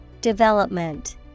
development